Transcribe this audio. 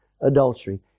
adultery